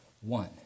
one